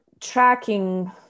tracking